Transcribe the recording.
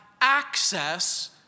access